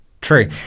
True